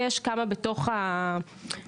ויש כמה בתוך המטעים,